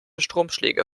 stromschläge